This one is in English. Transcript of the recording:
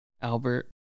Albert